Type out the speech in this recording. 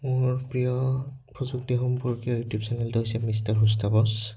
মোৰ প্ৰিয় প্ৰযুক্তি সম্পৰ্কীয় ইউটিউব চেনেলটো হৈছে মিষ্টাৰ হুছ দ্য বছ